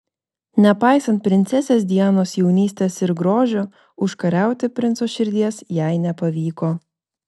nepaisant princesės dianos jaunystės ir grožio užkariauti princo širdies jai nepavyko